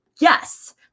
Yes